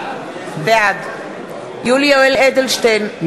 בעד יולי יואל אדלשטיין,